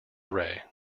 rey